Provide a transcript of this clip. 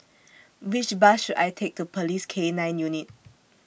Which Bus should I Take to Police K nine Unit